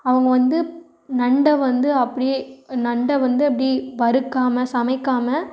அவங்க வந்து நண்டை வந்து அப்படியே நண்டை வந்து அப்படி வறுக்காமல் சமைக்காமல்